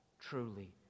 truly